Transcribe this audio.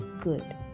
good